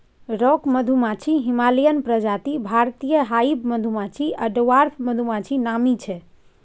rock मधुमाछी, Himalayan प्रजाति, भारतीय हाइब मधुमाछी आ डवार्फ मधुमाछी नामी छै